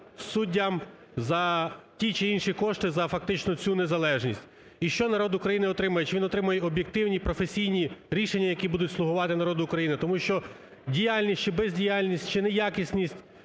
суддям за ті чи інші кошти, за фактично цю незалежність. І що народ України отримає, чи він отримає об'єктивні професійні рішення, які будуть слугувати народу України? Тому що діяльність, чи бездіяльність, чи не якісність,